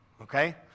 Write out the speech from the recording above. okay